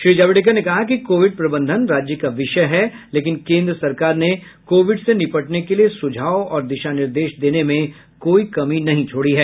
श्री जावड़ेकर ने कहा कि कोविड प्रबंधन राज्य का विषय है लेकिन केन्द्र सरकार ने कोविड से निपटने के लिए सुझाव और दिशा निर्देश देने में कोई कमी नहीं छोड़ी है